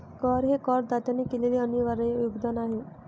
कर हे करदात्याने केलेले अनिर्वाय योगदान आहे